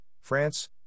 France